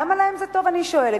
למה להם זה טוב, אני שואלת.